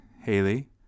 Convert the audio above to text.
Haley